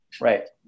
right